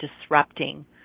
disrupting